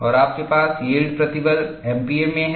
और आपके पास यील्ड प्रतिबल एमपीए में है